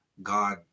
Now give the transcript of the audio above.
God